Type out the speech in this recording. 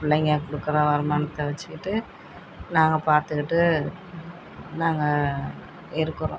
பிள்ளைங்க கொடுக்குற வருமானத்தை வச்சுக்கிட்டு நாங்கள் பார்த்துக்கிட்டு நாங்கள் இருக்கிறோம்